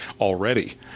already